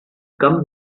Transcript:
come